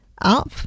up